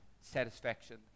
satisfaction